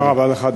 תודה רבה לך,